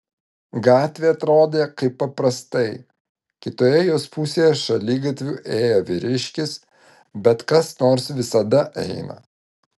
gatvė atrodė kaip paprastai kitoje jos pusėje šaligatviu ėjo vyriškis bet kas nors visada eina